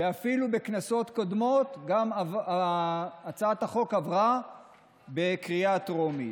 ובכנסות קודמות הצעת החוק אפילו עברה בקריאה טרומית.